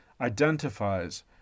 identifies